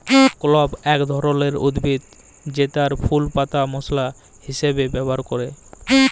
clove এক ধরলের উদ্ভিদ জেতার ফুল পাতা মশলা হিসাবে ব্যবহার ক্যরে